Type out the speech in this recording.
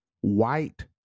white